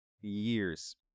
years